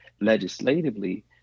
legislatively